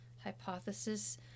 hypothesis